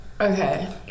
Okay